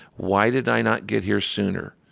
why did i not get here sooner?